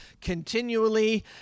continually